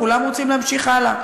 כולם רוצים להמשיך הלאה.